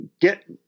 Get